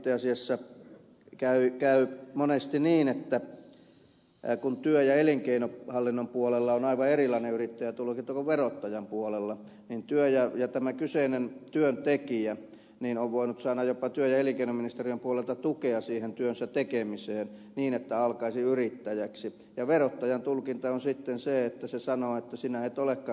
itse asiassa käy monesti niin että kun työ ja elinkeinohallinnon puolella on aivan erilainen yrittäjätulkinta kuin verottajan puolella niin tämä kyseinen työntekijä on voinut saada jopa työ ja elinkeinoministeriön puolelta tukea siihen työnsä tekemiseen niin että alkaisi yrittäjäksi ja verottajan tulkinta on sitten se että se sanoo että sinä et olekaan yrittäjä